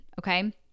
okay